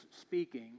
speaking